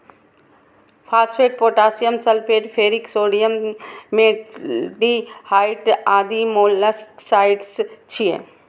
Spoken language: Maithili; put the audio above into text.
phosphate, potassium sulphate, ferric sodium, metaldehyde आदि मोलस्कसाइड्स छियै